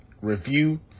review